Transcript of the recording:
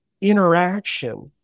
interaction